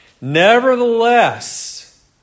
Nevertheless